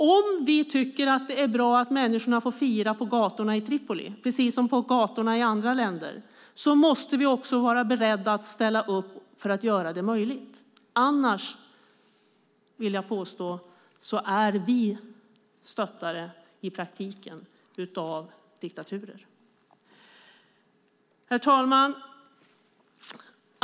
Om vi tycker att det är bra att människorna får fira på gatorna i Tripoli, precis som man får göra på gatorna i andra länder, måste vi vara beredda att ställa upp för att göra det möjligt, annars är vi i praktiken stöttare av diktaturer. Herr talman!